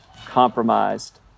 compromised